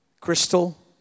Crystal